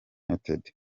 united